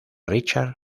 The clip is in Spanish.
richards